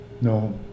No